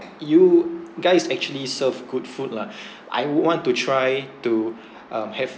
you guys actually serve good food lah I want to try to um have